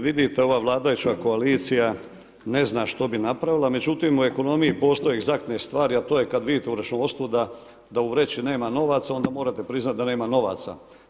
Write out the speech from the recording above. Vidite ova vladajuća koalicija ne zna što bi napravila, međutim u ekonomiji postoje egzaktne stvari, a to je kada vidite u računovodstvu da u vreći nema novaca onda morate priznati da nema novaca.